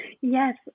Yes